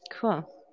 Cool